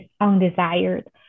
undesired